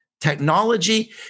technology